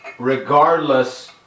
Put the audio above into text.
regardless